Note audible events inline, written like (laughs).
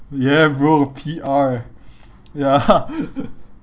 ya bro P_R eh ya (laughs)